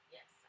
Yes